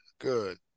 good